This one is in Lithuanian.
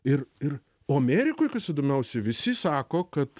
ir ir o amerikoj kas įdomiausia visi sako kad